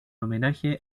homenaje